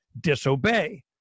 disobey